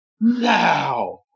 Now